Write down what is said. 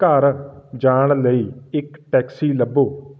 ਘਰ ਜਾਣ ਲਈ ਇੱਕ ਟੈਕਸੀ ਲੱਭੋ